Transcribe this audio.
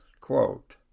Quote